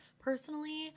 personally